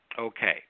Okay